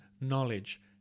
knowledge